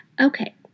Okay